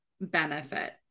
benefit